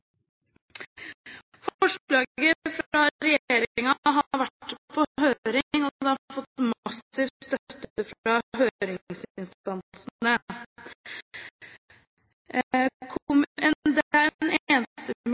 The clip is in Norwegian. Forslaget fra regjeringen har vært på høring, og det har fått massiv støtte fra høringsinstansene.